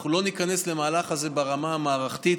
אנחנו לא ניכנס למהלך הזה ברמה המערכתית